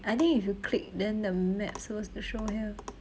I think if you click then the map supposed to show here